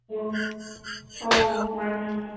ꯑꯧ ꯃꯥꯟꯅꯦ